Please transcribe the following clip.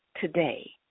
today